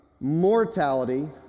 mortality